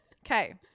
Okay